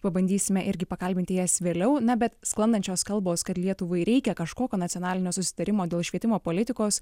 pabandysime irgi pakalbinti jas vėliau na bet sklandančios kalbos kad lietuvai reikia kažkokio nacionalinio susitarimo dėl švietimo politikos